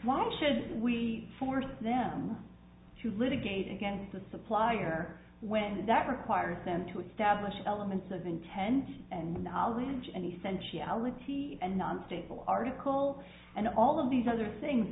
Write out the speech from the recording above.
why should we force them to litigate against the supplier when that requires them to establish elements of intent and knowledge and essentiality and non stable article and all of these other things